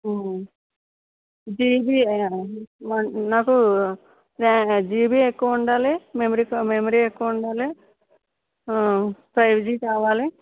GB నాకు GB ఎక్కువుండాలి memory memory ఎక్కువుండాలి ఆ ఫైవ్ జి కావాలి